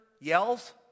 yells